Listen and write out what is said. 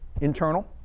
internal